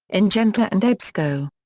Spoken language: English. ingenta and ebsco.